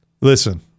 Listen